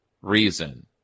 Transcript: reason